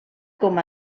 com